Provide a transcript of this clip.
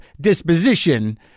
disposition